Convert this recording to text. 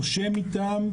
נושם איתם,